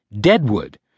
Deadwood